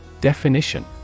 Definition